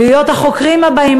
להיות החוקרים הבאים,